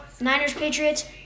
Niners-Patriots